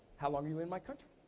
how long are you in my country?